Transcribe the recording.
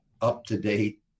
up-to-date